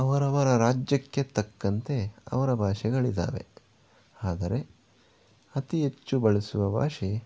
ಅವರವರ ರಾಜ್ಯಕ್ಕೆ ತಕ್ಕಂತೆ ಅವರ ಭಾಷೆಗಳು ಇದ್ದಾವೆ ಆದರೆ ಅತಿ ಹೆಚ್ಚು ಬಳಸುವ ಭಾಷೆ